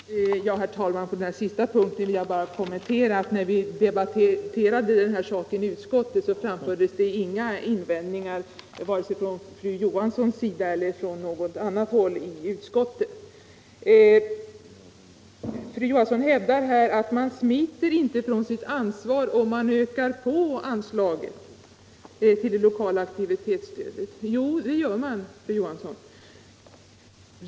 Herr talman! Som kommentar till den sista frågan vill jag bara säga att när vi debatterade den i utskottet framfördes det inga invändningar från vare sig fru Johansson i Uddevalla eller någon annan i utskottet. Nu sade fru Johansson att man smiter inte ifrån sitt ansvar om man ökar på anslaget till det lokala aktivitetsstödet. Jo, det gör man, fru Johansson.